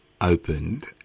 opened